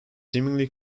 seemingly